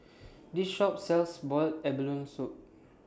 This Shop sells boiled abalone Soup